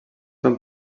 són